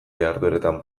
jardueretan